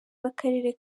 w’akarere